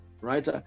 right